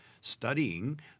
studying